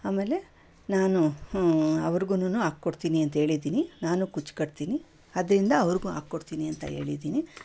ಆಮೇಲೆ ನಾನು ಅವ್ರಿಗೂನು ಹಾಕ್ಕೊಡ್ತೀನಿ ಅಂತ ಹೇಳಿದ್ದೀನಿ ನಾನು ಕುಚ್ಚು ಕಟ್ತೀನಿ ಅದರಿಂದ ಅವ್ರಿಗೂ ಹಾಕ್ಕೊಡ್ತೀನಿ ಅಂತ ಹೇಳಿದ್ದೀನಿ